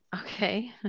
okay